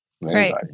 Right